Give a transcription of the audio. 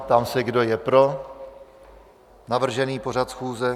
Ptám se, kdo je pro navržený pořad schůze.